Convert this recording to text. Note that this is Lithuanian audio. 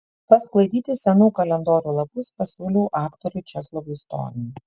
pasklaidyti senų kalendorių lapus pasiūliau aktoriui česlovui stoniui